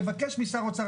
לבקש משר האוצר,